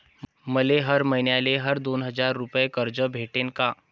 मले हर मईन्याले हर दोन हजार रुपये कर्ज भेटन का?